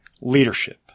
leadership